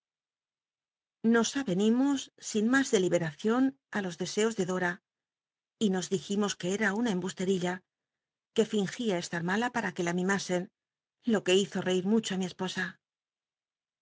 nos ayenimos sin mas deliberacion á los deseos de dol'a y nos dijimos que e a una embusterilla que fingia estar mala pma que la mimasen lo que hizo rei mucho li mi esposa